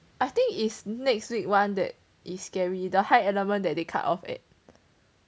I think is next week [one] that is scary the high element that they cut off at